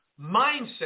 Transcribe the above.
mindset